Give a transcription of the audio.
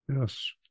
Yes